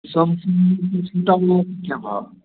Samsung